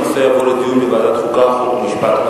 הנושא יעבור לדיון בוועדת החוקה, חוק ומשפט.